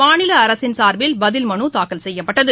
மாநிலஅரசின் சா்பில் பதில் மனுதாக்கல் செய்யப்பட்டது